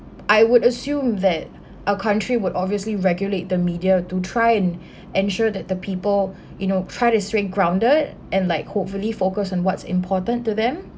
I would assume that our country would obviously regulate the media to try and ensure that the people you know try to stay grounded and like hopefully focus on what's important to them